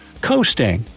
Coasting